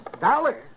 dollar